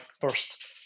first